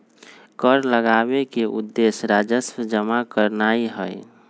कर लगाबेके उद्देश्य राजस्व जमा करनाइ हइ